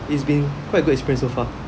it's been quite good experience so far